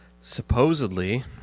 Supposedly